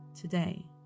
Today